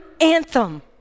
anthem